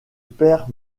père